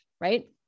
right